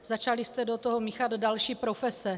Začali jste do toho míchat další profese.